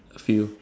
a few